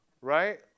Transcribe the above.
right